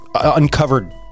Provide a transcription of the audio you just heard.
uncovered